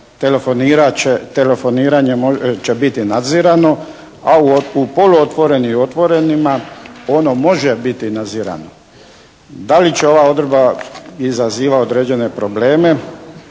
telefoniranje će biti nadzirano a u poluotvorenim i otvorenim ono može biti nadzirano. Da li ova odredba izaziva određene probleme